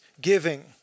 giving